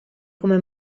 come